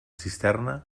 cisterna